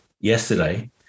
yesterday